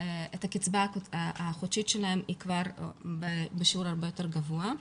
הקצבה החודשית שלהם היא כבר בשיעור הרבה יותר גבוה.